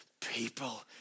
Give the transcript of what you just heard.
people